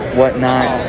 whatnot